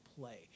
play